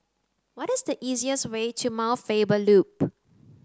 what is the easiest way to Mount Faber Loop